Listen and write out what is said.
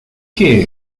qué